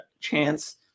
chance